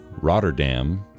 Rotterdam